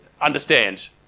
understand